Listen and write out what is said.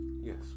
Yes